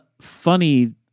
funny